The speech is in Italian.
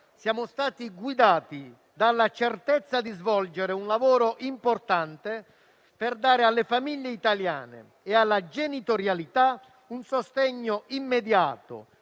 siamo stati guidati dalla certezza di svolgere un lavoro importante per dare alle famiglie italiane e alla genitorialità un sostegno immediato,